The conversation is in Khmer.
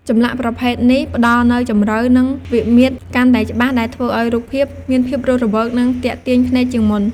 ចម្លាក់ប្រភេទនេះផ្ដល់នូវ ជម្រៅ និងវិមាត្រកាន់តែច្បាស់ ដែលធ្វើឲ្យរូបភាពមានភាពរស់រវើក និងទាក់ទាញភ្នែកជាងមុន។